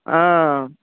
हा